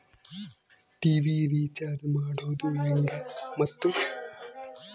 TV recharge ಮಾಡೋದು ಹೆಂಗ ಮತ್ತು?